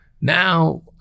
Now